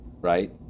right